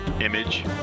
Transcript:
image